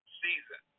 season